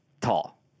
tall